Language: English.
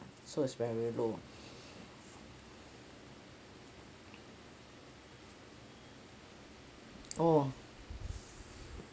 so it's very low oh